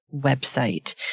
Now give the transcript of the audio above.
website